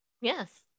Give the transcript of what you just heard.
Yes